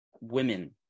women